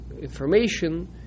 information